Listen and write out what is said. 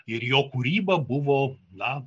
ir jo kūryba buvo na